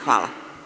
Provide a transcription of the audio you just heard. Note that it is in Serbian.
Hvala.